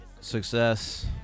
success